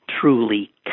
truly